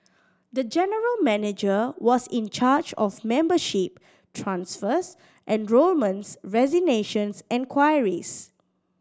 the general manager was in charge of membership transfers enrolments resignations and queries